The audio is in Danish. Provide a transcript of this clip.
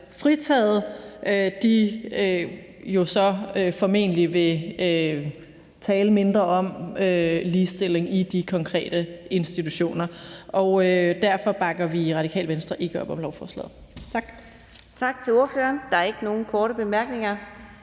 så formentlig vil tale mindre om ligestilling i de konkrete institutioner, og derfor bakker vi i Radikale Venstre ikke op om lovforslaget. Tak. Kl. 16:16 Anden næstformand (Karina Adsbøl): Tak til ordføreren. Der er ikke nogen korte bemærkninger.